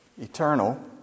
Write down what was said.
eternal